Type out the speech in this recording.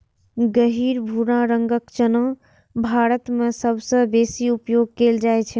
गहींर भूरा रंगक चना भारत मे सबसं बेसी उपयोग कैल जाइ छै